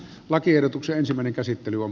lakiehdotuksen ensimmäinen käsittely on